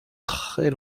très